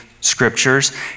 scriptures